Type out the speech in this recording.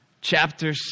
chapter